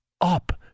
up